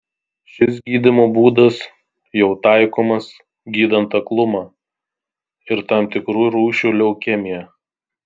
šis gydymo būdas jau taikomas gydant aklumą ir tam tikrų rūšių leukemiją